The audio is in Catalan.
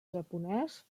japonès